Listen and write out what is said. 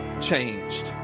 changed